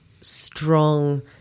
strong